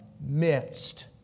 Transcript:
midst